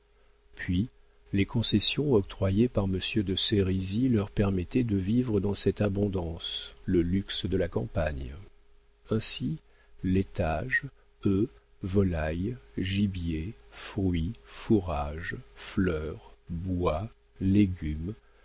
puis les concessions octroyées par monsieur de sérisy leur permettaient de vivre dans cette abondance le luxe de la campagne ainsi laitage œufs volaille gibier fruits fourrage fleurs bois légumes